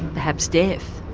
perhaps death.